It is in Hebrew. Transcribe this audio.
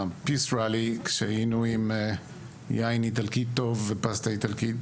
אחרי כשהיינו עם יין איטלקי טוב ופסטה איטלקית,